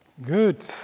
Good